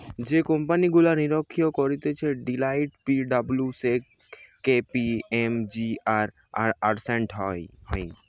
যে কোম্পানি গুলা নিরীক্ষা করতিছে Deloitte, P W C, K P M G, আর আর্নেস্ট ইয়ং